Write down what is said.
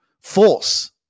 force